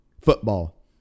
football